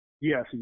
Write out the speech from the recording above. Yes